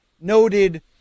noted